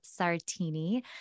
Sartini